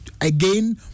again